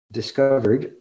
discovered